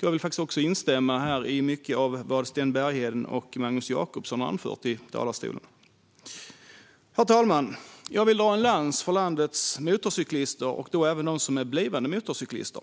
Jag vill också instämma i mycket av vad Sten Bergheden och Magnus Jacobsson har anfört i talarstolen. Herr talman! Jag vill dra en lans för landets motorcyklister, även för dem som är blivande motorcyklister.